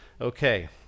Okay